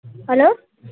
hello